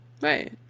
Right